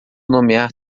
nomear